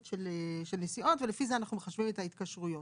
של נסיעות ולפי זה אנחנו מחשבים את ההתקשרויות.